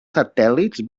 satèl·lits